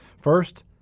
First